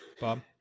Bob